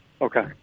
Okay